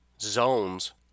zones